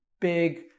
big